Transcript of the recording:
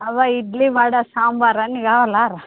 అవ్వ ఇడ్లీ వడ సాంబార్ అన్నీ కావాలారా